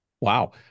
Wow